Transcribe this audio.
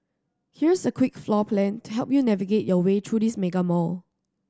here's a quick floor plan to help you navigate your way through this mega mall